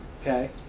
Okay